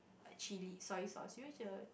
a chilli soy sauce you know